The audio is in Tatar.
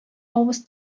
авыз